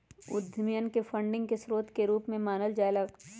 उद्यमियन के फंडिंग के स्रोत के रूप में मानल जाय लग लय